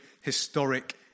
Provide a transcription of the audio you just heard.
historic